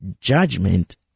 judgment